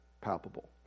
palpable